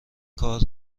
کار